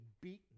beaten